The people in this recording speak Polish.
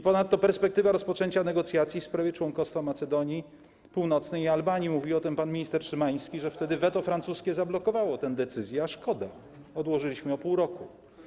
Ponadto była perspektywa rozpoczęcia negocjacji w sprawie członkostwa Macedonii Północnej i Albanii - mówił o tym pan minister Szymański - wtedy weto francuskie zablokowało tę decyzję, a szkoda, bo odłożyliśmy to o pół roku.